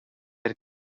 però